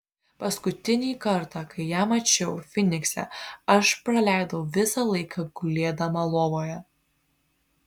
paskutinį kartą kai ją mačiau fynikse aš praleidau visą laiką gulėdama lovoje